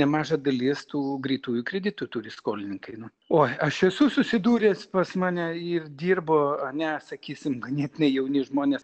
nemaža dalis tų greitųjų kreditų turi skolintojai nu oi aš esu susidūręs pas mane ir dirbo ne sakysim ganėtinai jauni žmonės